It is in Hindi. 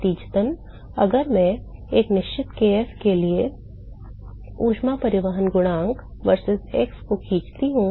नतीजतन अगर मैं एक निश्चित kf के लिए ऊष्मा परिवहन गुणांक versus x की खींचता हूं